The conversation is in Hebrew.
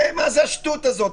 מה זו השטות הזאת?